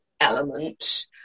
element